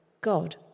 God